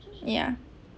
ya